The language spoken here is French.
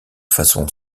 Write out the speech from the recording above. façon